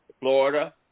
Florida